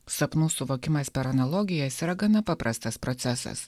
sapnų suvokimas per analogijas yra gana paprastas procesas